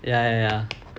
ya ya ya